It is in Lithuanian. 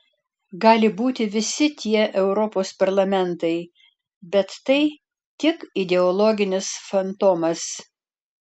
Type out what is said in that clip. gali būti visi tie europos parlamentai bet tai tik ideologinis fantomas